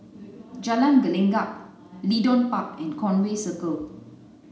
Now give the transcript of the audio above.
Jalan Gelenggang Leedon Park and Conway Circle